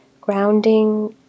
grounding